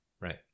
right